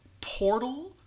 portal